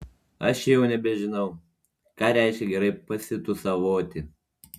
aš jau nebežinau ką reiškia gerai pasitūsavoti